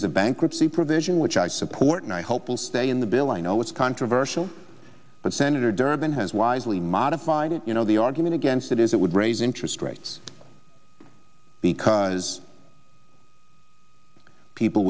is a bankruptcy provision which i support and i hope will stay in the bill i know it's controversial but senator durbin has wisely modified it you know the argument against it is it would raise interest rates because people